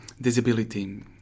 disability